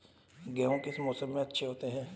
गेहूँ किस मौसम में अच्छे होते हैं?